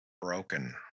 broken